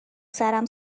سرم